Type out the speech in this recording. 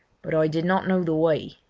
but i did not know the way,